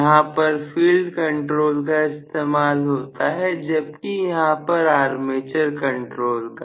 यहां पर field control का इस्तेमाल होता है जबकि यहां पर आर्मेचर कंट्रोल का